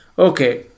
Okay